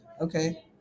okay